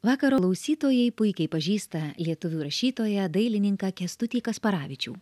vakaro klausytojai puikiai pažįsta lietuvių rašytoją dailininką kęstutį kasparavičių